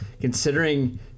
considering